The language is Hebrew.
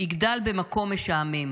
"יגדל במקום משעמם,